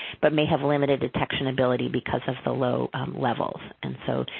but may have limited detection ability because of the low levels. and so,